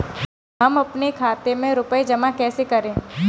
हम अपने खाते में रुपए जमा कैसे करें?